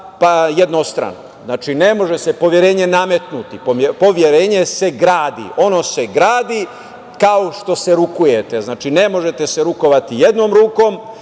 pa jednostrano. Znači, ne može se poverenje nametnuti. Poverenje se gradi, ono se gradi, kao što se rukujete, ne možete se rukovati jednom rukom,